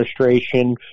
administration